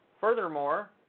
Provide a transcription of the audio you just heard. Furthermore